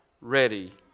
ready